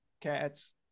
cats